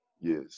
Yes